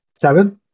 Seven